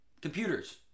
Computers